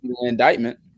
indictment